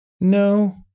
No